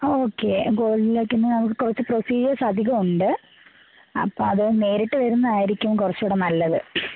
okay gold വെക്കുമ്പോൾ നമുക്ക് കുറച്ച് പ്രോസിജേർസ് അധികമുണ്ട് അപ്പോൾ അത് നേരിട്ട് വരുന്നതായിരിക്കും കുറച്ചും കൂടെ നല്ലത്